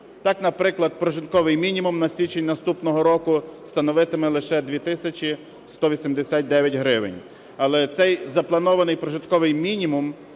Так, наприклад, прожитковий мінімум на січень наступного року становитиме лише 2 тисячі 189 гривень. Але цей запланований прожитковий мінімум